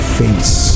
face